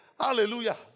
Hallelujah